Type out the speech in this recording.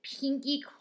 pinky